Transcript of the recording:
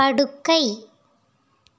படுக்கை